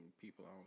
people